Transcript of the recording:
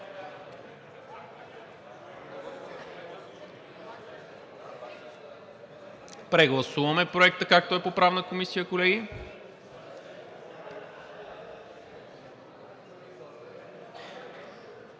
Прегласуваме Проекта, както е по Правна комисия, колеги.